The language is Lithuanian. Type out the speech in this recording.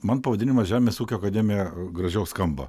man pavadinimas žemės ūkio akademija gražiau skamba